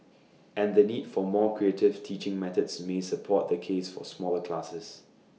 and the need for more creative teaching methods may support the case for smaller classes